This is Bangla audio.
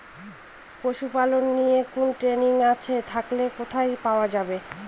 পশুপালন নিয়ে কোন ট্রেনিং আছে থাকলে কোথায় পাওয়া য়ায়?